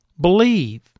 believe